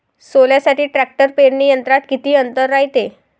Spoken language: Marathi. सोल्यासाठी ट्रॅक्टर पेरणी यंत्रात किती अंतर रायते?